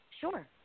Sure